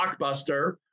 blockbuster